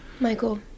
Michael